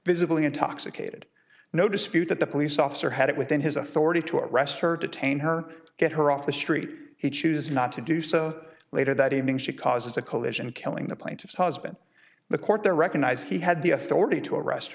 visibly intoxicated no dispute that the police officer had it within his authority to arrest her detain her get her off the street he chooses not to do so later that evening she causes a collision killing the plaintiff's husband the court there recognize he had the authority to arrest